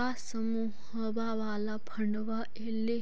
का समुहवा वाला फंडवा ऐले